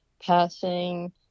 passing